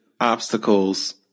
obstacles